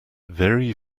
very